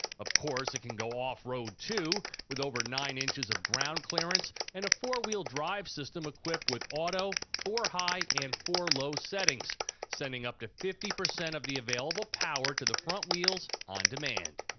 of course it can go off-road too, with over nine of ground clearance and a four wheel drive system equipped with auto, four high and four low settings sending up to fifty percent of the available power to the front wheels on demand.